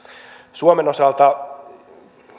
suomen osalta